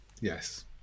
Yes